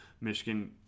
Michigan